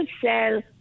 sell